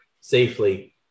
safely